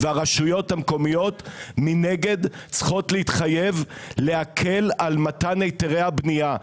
והרשויות המקומיות מנגד צריכות להתחייב להקל על מתן היתרי הבנייה.